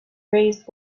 raised